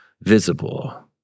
visible